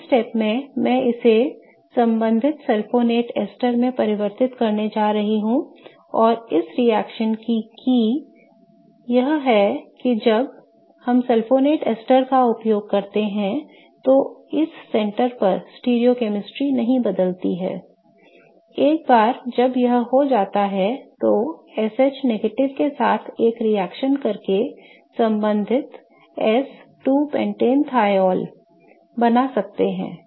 पहले चरण में मैं इसे संबंधित सल्फोनेट एस्टर में परिवर्तित करने जा रहा हूं और इस रिएक्शन की कुंजी यह है कि जब हम सल्फोनेट एस्टर का उपयोग करते हैं तो इस केंद्र पर स्टीरोकैमिस्ट्री नहीं बदलती है I एक बार जब यह हो जाता है तो हम SH के साथ एक रिएक्शन करके संबंधित S 2 pentanethiol बना सकते हैं